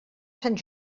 sant